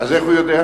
אז איך הוא יודע?